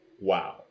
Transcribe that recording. wow